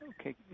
Okay